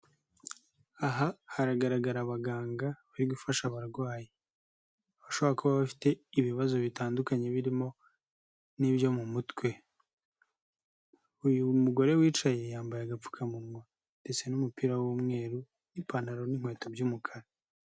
Aha hagaragara abaganga bari gufasha abarwayi bashobora kuba bafite ibibazo bitandukanye birimo n'ibyo mu mutwe, uyu mugore wicaye yambaye agapfukamunwa ndetse n'umupira w'umweru n'ipantaro n'inkweto by'umukara.